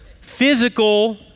physical